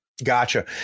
Gotcha